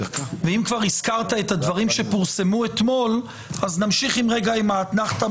אם הזכרת את הדברים שפורסמו אתמול אז נמשיך את האתנחתא